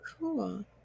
Cool